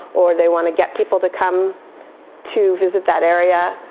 or they want to get people to come to visit that area.